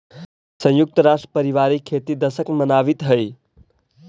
संयुक्त राष्ट्र पारिवारिक खेती दशक मनावित हइ